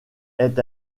est